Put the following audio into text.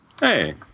Hey